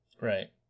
Right